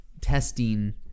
testing